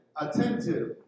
attentive